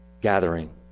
gathering